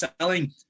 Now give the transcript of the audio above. selling